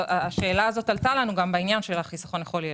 השאלה הזאת עלתה גם בעניין החיסכון לכל ילד.